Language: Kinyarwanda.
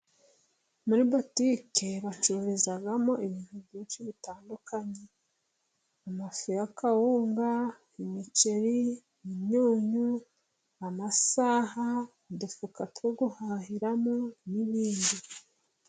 Muri botike bacururizamo ibintu byinshi bitandukanye: amafi, akawunga, imiceri, imyunyu, amasaha, udufuka two guhahiramo n'ibindi.